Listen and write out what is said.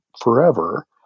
forever